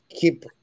keep